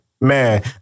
Man